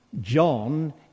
John